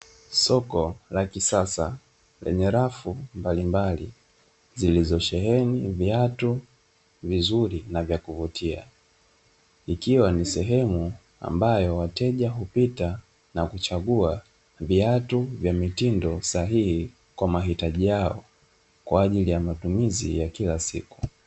Soko la kisasa lenye rafu mbalimbali, zilizosheheni viatu vizuri na vya kuvutia, ikiwa ni sehemu ambayo wateja hupita na kuchagua viatu vya mitindo sahihi kwa mahitaji yao, kwa ajili ya matumizi ya kila siku.